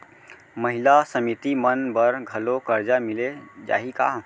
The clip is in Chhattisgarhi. महिला समिति मन बर घलो करजा मिले जाही का?